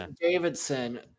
Davidson